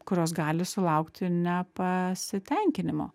kurios gali sulaukti nepasitenkinimo